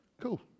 Cool